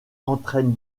entraîne